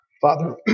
Father